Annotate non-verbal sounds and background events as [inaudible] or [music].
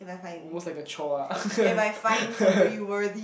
almost like a chore ah [laughs]